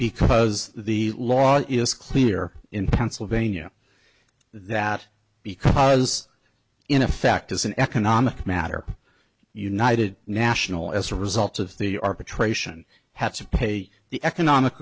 because the law is clear in pennsylvania that because in effect as an economic matter united national as a result of the arbitration have to pay the economic